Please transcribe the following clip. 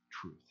truth